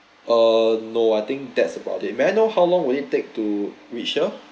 uh no I think that's about it may I know how long will it take to reach here